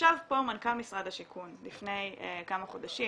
ישב פה מנכ"ל משרד השיכון לפני כמה חודשים,